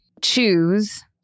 choose